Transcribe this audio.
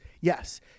yes